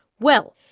well,